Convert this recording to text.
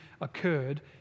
occurred